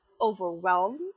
overwhelmed